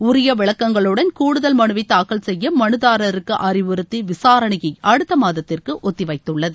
உரிய விளக்கங்களுடன் கூடுதல் மனுவை தாக்கல் செய்ய மனுதாரருக்கு அறிவுறுத்தி விசாரணையை அடுத்த மாதத்திற்கு ஒத்தி வைத்துள்ளது